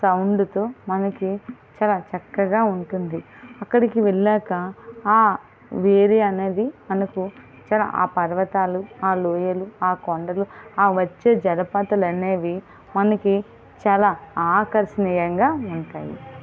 సౌండ్తో మనకి చాల చక్కగా ఉంటుంది అక్కడికి వెళ్ళాక వేరే అనేది మనకు ఆ పర్వతాలు ఆ లోయలు ఆ కొండలు ఆ వచ్చే జలపాతాలు అనేవి మనకి చాలా ఆకర్షణీయంగా ఉంటాయి